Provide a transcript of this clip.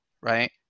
right